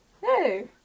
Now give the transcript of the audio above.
Hey